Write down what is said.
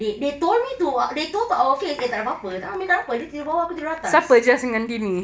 they they told me to they told to our face eh tak ada apa-apa dia tidur bawah aku tidur atas